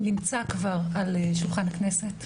נמצא כבר על שולחן הכנסת.